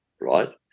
right